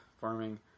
farming